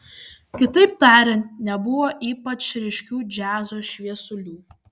kitaip tariant nebuvo ypač ryškių džiazo šviesulių